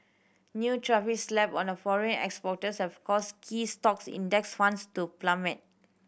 new tariffs slapped on foreign exporters have caused key stock Index Funds to plummet